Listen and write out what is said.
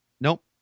nope